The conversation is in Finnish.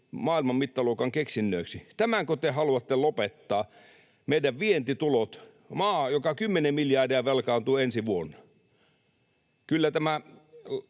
maailman mittaluokan keksinnöiksi. Tämänkö te haluatte lopettaa, meidän vientitulot, maa, joka 10 miljardia velkaantuu ensi vuonna? Kyllä tämä